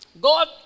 God